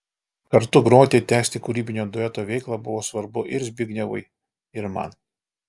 kartu groti tęsti kūrybinio dueto veiklą buvo svarbu ir zbignevui ir man